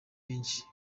benshi